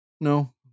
No